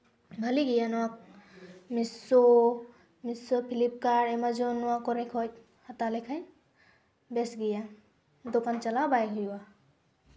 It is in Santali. ᱵᱷᱟᱞᱮ ᱜᱮᱭᱟ ᱱᱚᱣᱟ ᱢᱤᱥᱳ ᱯᱷᱤᱞᱤᱯᱟᱨᱴ ᱮᱢᱟᱡᱚᱱ ᱱᱚᱣᱟ ᱠᱚᱨᱮ ᱠᱷᱚᱡ ᱛᱟᱦᱚᱞᱮ ᱠᱷᱟᱡ ᱵᱮᱥ ᱜᱮᱭᱟ ᱫᱚᱠᱟᱱ ᱪᱟᱞᱟᱣ ᱵᱟᱭ ᱦᱩᱭᱩᱜᱼᱟ